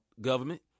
government